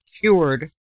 cured